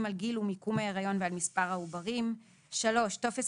על גיל ומיקום ההריון ועל מספר העוברים; טופס